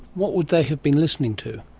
what would they have been listening to?